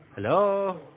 Hello